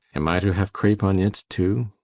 am i to have crape on it too?